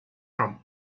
from